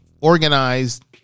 organized